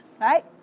right